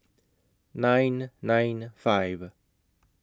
nine nine five